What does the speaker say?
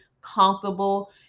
comfortable